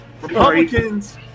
Republicans